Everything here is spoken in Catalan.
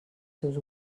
seus